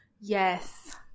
Yes